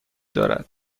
دارد